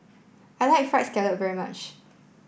I like fried scallop very much